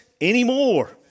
anymore